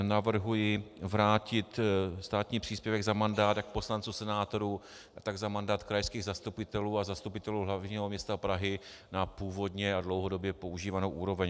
V něm navrhuji vrátit státní příspěvek za mandát jak poslanců, senátorů, tak za mandát krajských zastupitelů a zastupitelů hlavního města Prahy na původní a dlouhodobě používanou úroveň.